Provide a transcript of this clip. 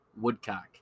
Woodcock